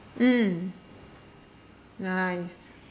mm nice